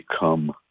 become